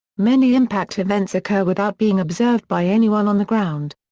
many impact events occur without being observed by anyone on the ground.